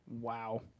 Wow